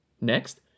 Next